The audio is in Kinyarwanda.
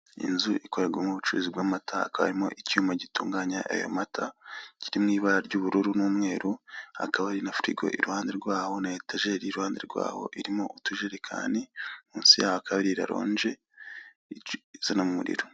Inzu ikorerwamo ubucuruzi bw'mata hakaba harimo icyuma gitunganya ayo mata, kiri mu imabara ry'ubururu n'mweru hakaba hari na firigo iruhande rwaho na etajeri iruhande rwaho irimo utujerekani, munsi yaho hakaba hari raronje izanamo umuriro.